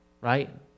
right